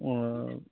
अ